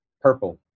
Purple